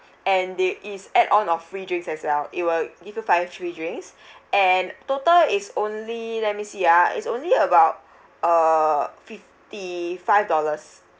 and the is add on of free drinks as well it will give you five free drinks and total is only let me see ah is only about uh fifty five dollars